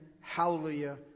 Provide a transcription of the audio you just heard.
Hallelujah